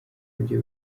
ujye